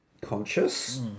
conscious